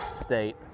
state